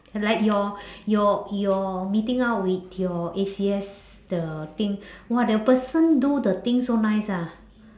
like your your your meeting up with your A_C_S the thing !wah! the person do the thing so nice ah